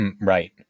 Right